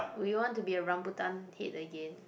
will you want to be a rambutan head again